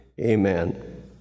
amen